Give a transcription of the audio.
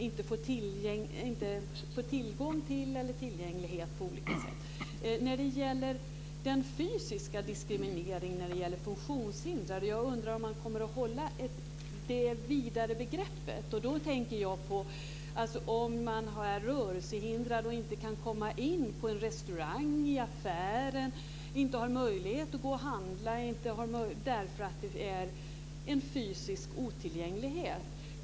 Jag undrar om man kommer att hålla det vidare begreppet när det gäller den fysiska diskrimineringen av funktionshindrade. Jag tänker på om man är rörelsehindrad och inte kan komma in på en restaurang eller en affär och inte har möjlighet att gå och handla därför att det finns en fysisk otillgänglighet.